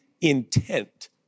intent